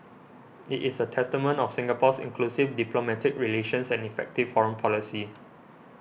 it is a testament of Singapore's inclusive diplomatic relations and effective foreign policy